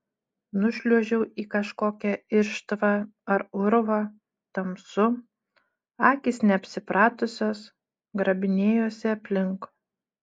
nušliuožiau į kažkokią irštvą ar urvą tamsu akys neapsipratusios grabinėjuosi aplink